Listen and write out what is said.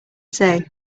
say